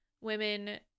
women